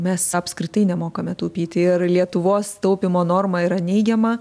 mes apskritai nemokame taupyti ir lietuvos taupymo norma yra neigiama